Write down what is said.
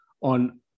on